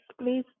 please